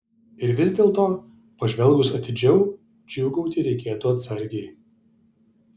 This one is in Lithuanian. ir vis dėlto pažvelgus atidžiau džiūgauti reikėtų atsargiai